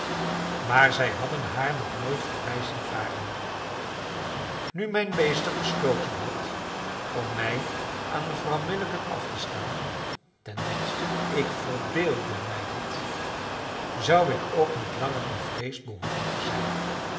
maar zij hadden haar nog nooit voorbij zien varen nu mijn meester besloten had om mij aan mevrouw milligan af te staan ten minste ik verbeeldde mij dit zou ik ook niet langer bevreesd behoeven te zijn